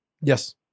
Yes